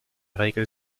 regel